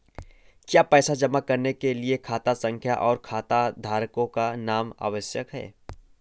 क्या पैसा जमा करने के लिए खाता संख्या और खाताधारकों का नाम आवश्यक है?